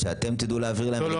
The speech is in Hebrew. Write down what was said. שאתם תדעו להעביר להם?